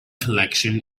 collection